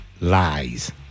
lies